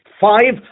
five